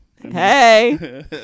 Hey